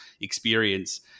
experience